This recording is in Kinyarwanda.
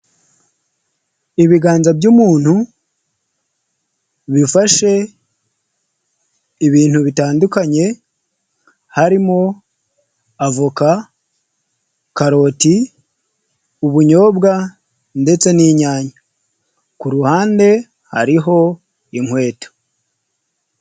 Ibiganza by'umuntu bifashe ibintu bitandukanye harimo avoka, karoti, ubunyobwa ndetse n'inyanya kuruhande hariho inkweto.